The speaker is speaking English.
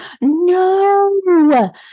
no